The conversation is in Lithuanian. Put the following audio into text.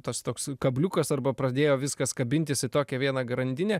tas toks kabliukas arba pradėjo viskas kabintis į tokią vieną grandinę